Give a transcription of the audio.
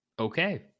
okay